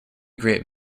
great